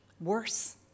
Worse